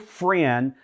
friend